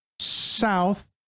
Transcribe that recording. South